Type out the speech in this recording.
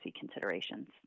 considerations